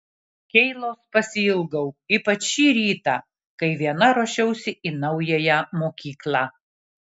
keilos pasiilgau ypač šį rytą kai viena ruošiausi į naująją mokyklą